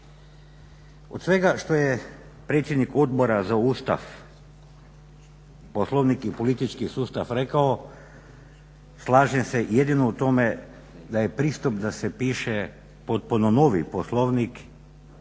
Od svega što je predsjednik Odbora za Ustav, Poslovnik i politički sustav rekao slažem se jedino u tome da je pristup da se piše potpuno novi poslovnik